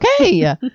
Okay